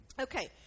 Okay